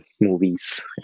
movies